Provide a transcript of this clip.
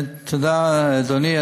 תודה, אדוני.